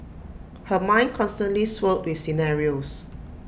her mind constantly swirled with scenarios